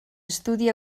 estudi